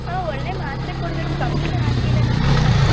ಹಾಂ ಒಳ್ಳೆ ಮಾತ್ರೆ ಕೊಡ್ಬೇಕು ಕಮ್ಮಿನೆ ಆಗಿಲ್ಲ ನಮ್ಗಿನ್ನು